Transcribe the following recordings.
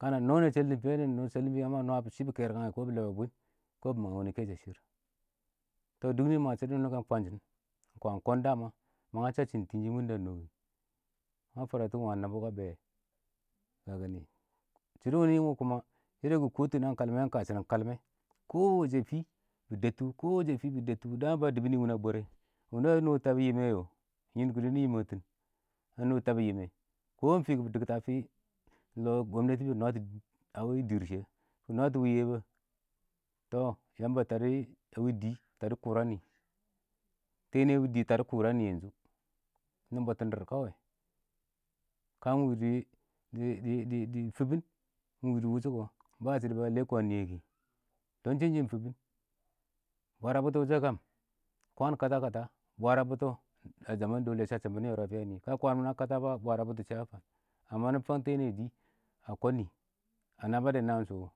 kəna nɪ nan sheltɪn fɪ a nama nwads shɪ na mangɪn kerkən kɪ lɪkɪn bwɪm dɪ daan nɪ mang shɪdu bɪnu wɛ iɪng kɪnshɪn managari dɪ tɪnshɪn ma fwaratikɪm wangim nuba kə be shɪdo wunɪ kɪ kɪto naan shɪdɪn kəlmɛ wɛ iɪng kəshɪ shɪdɪn kəlmɛ dɪ daan fɪ bɪ dɛbtu dɪ daan ba dubu nɪ wunɪ a bwarɛ an tab yɪme yɪ nɪn kɪdɪ nungɪn nɪye dɪ wuremtɪn dɪ daan fɪbɪ dɪktɪn lɪ gwamnati bɪ dɛbtu a wɪɪn dɪrr shɪye kɪ nwatu wɪɪn bwa Yamba a dɪi ta dɪ kʊra nɪ nɪ bobtɪn dɪr kə wɪɪn dɪ fɪbɪn iɪng been shɪds ba lee kwaan yamba shɪnshɪɪn iɪng fɪbɪn bwara butɔ wushe kəm kwaan kəta kəta bwara butɔ a yelen dɛle kɪn nɪ fang tɛɛ miye a dɪi a naba dɛ naan shʊws.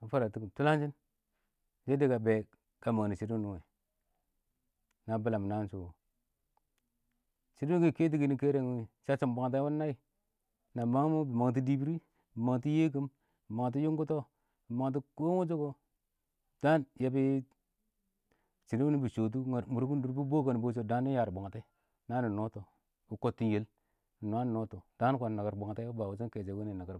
ma fwaratikɪm tulanshɪn na bɪlam naan shʊ wɪɪn shɪds wum kɪ keto kɪnɪ kerewɪɪn wɪɪn shass him bwangtɛ wɛ iɪng nai bɪ mang tɔ dɪbɪri bɪ mangtɔ yekɪm daam yabɪ shskɪn tɪm daan ɪn yaar bwangtɛ nɪ nstɔ bɪ kɪtɪm yal iɪng tikɪn bwɪn